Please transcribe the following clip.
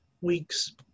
weeks